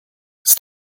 c’est